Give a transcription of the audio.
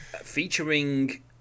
Featuring